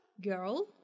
girl